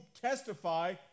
testify